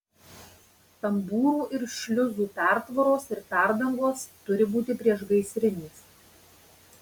tambūrų ir šliuzų pertvaros ir perdangos turi būti priešgaisrinės